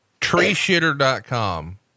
Treeshitter.com